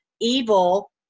evil